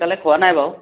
এতিয়ালৈ খােৱা নাই বাৰু